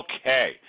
Okay